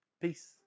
Peace